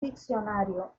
diccionario